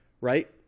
right